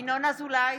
(קוראת בשמות חברי הכנסת) ינון אזולאי,